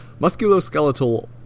Musculoskeletal